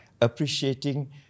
appreciating